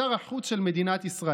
הגדיל לעשות שר החוץ של מדינת ישראל,